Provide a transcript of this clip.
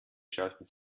schalten